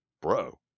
bro